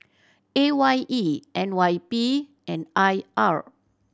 A Y E N Y P and I R